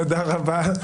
תודה רבה.